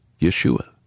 Yeshua